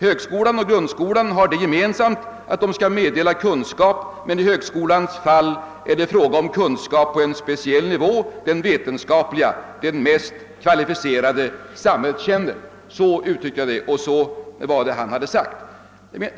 Högskolan och grundskolan har det gemensamt att de skall meddela kunskap, men i högskolans fall är det fråga om kunskap på en speciell nivå, den vetenskapliga, den mest kvalificerade samhället känner. Så uttryckte jag saken och så var det Erik Hjalmar Linder skrivit.